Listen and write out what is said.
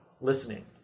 listening